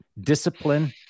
Discipline